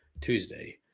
Tuesday